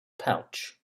pouch